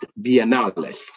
biennales